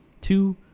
Two